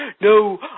no